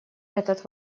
этот